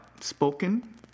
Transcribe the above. spoken